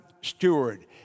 steward